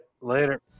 Later